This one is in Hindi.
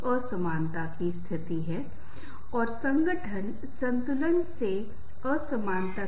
इसलिए जीवित रहने की स्थिति के कारण हम लोगों से मांग करते हैं कि जहां से हम जीवित रहने के लिए भोजन प्राप्त कर सकते हैं